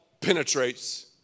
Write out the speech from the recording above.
penetrates